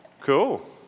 Cool